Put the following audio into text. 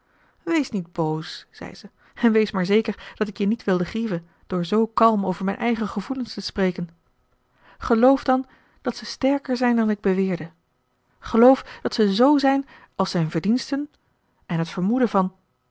wees niet boos zei ze en wees maar zeker dat ik je niet wilde grieven door zoo kalm over mijn eigen gevoelens te spreken geloof dan dat ze sterker zijn dan ik beweerde geloof dat ze z zijn als zijn verdiensten en het vermoeden van de